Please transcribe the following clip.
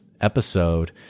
episode